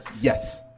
Yes